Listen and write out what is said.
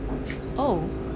oh